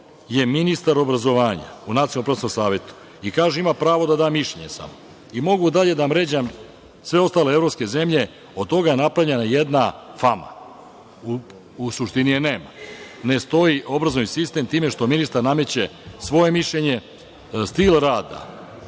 je ministar obrazovanja u Nacionalnom prosvetnom savetu, i kaže ima pravo da mišljenje samo. Mogu dalje da vam ređam sve ostale evropske zemlje. Od toga je napravljena jedna fama. U suštini je nema. Ne stoji obrazovni sistem time što ministar nameće svoje mišljenje, stil rada,